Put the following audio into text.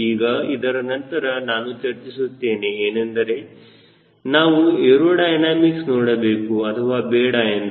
ಈಗ ಇದರ ನಂತರ ನಾನು ಚರ್ಚಿಸುತ್ತೇನೆ ಏನೆಂದರೆ ನಾವು ಏರೋಡೈನಮಿಕ್ಸ್ ನೋಡಬೇಕು ಅಥವಾ ಬೇಡ ಎಂದು